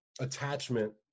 attachment